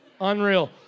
Unreal